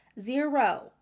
Zero